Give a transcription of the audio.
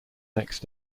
next